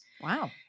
Wow